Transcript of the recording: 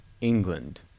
England